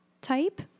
type